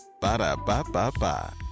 Ba-da-ba-ba-ba